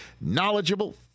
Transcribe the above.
knowledgeable